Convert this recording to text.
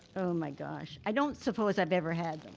oh my gosh. i don't suppose i've ever had,